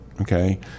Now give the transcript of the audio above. Okay